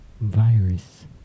virus